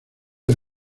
del